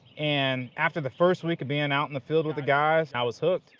and after the first week of being out in the field with the guys, i was hooked.